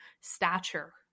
stature